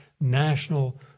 national